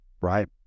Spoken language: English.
right